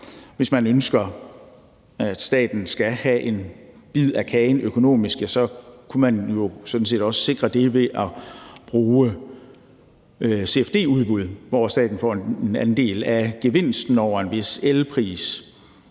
Hvis man ønsker, at staten skal have en bid af kagen økonomisk, kunne man jo sådan set også sikre det ved at bruge CfD-udbud, hvor staten får en andel af gevinsten over en vis elpris.